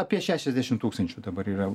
apie šešiasdešim tūkstančių dabar yra